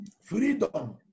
Freedom